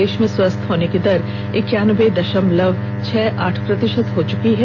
देश में स्वस्थ होने की दर इक्यानबे दशमलव छह आठ प्रतिशत हो गई है